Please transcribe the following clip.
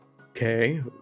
Okay